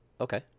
okay